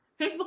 Facebook